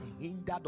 hindered